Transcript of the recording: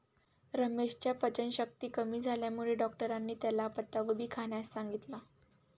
रमेशच्या पचनशक्ती कमी झाल्यामुळे डॉक्टरांनी त्याला पत्ताकोबी खाण्यास सांगितलं